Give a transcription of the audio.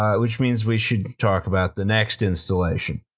which means we should talk about the next installation.